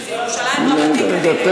שזה ירושלים רבתי,